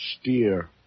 steer